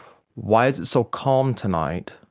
why is it so calm tonight?